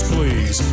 Please